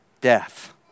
death